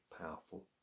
powerful